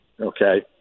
okay